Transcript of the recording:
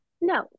No